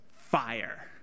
fire